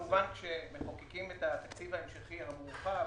כשמחוקקים את התקציב ההמשכי המורחב,